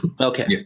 Okay